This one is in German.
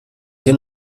hier